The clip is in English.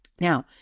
Now